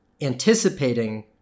anticipating